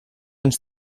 ens